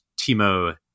Timo